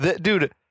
Dude